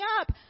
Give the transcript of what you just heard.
up